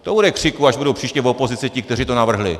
To bude křiku, až budou příště v opozici ti, kteří to navrhli!